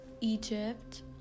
Egypt